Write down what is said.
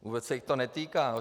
Vůbec se jich to netýká.